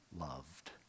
loved